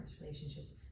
relationships